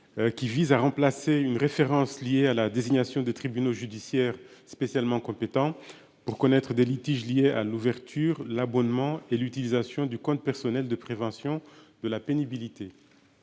Qui vise à remplacer une référence lié à la désignation des tribunaux judiciaires spécialement compétents pour connaître des litiges liés à l'ouverture l'abonnement et l'utilisation du compte personnel de prévention de la pénibilité.